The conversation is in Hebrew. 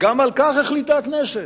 גם על כך החליטה הכנסת,